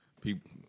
people